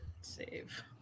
save